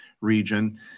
region